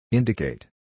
Indicate